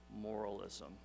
moralism